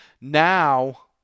Now